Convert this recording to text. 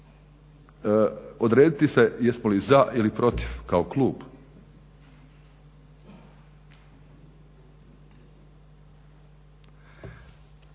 odrediti se jesmo li za ili protiv kao klub,